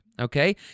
okay